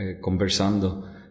conversando